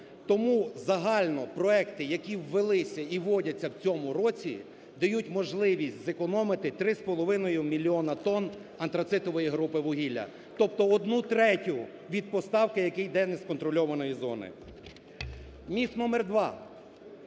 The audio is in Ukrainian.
Тому загально проекти, які ввелися і вводяться в цьому році, дають можливість зекономити 3,5 мільйона тонн антрацитової групи вугілля, тобто 1,3 від поставки, який іде з неконтрольованої зони. Міф номер два.